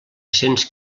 cents